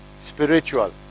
spiritual